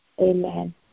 amen